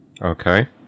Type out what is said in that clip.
Okay